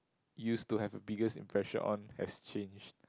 used to have a biggest impression on has changed